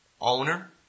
owner